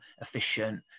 efficient